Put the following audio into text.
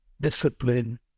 discipline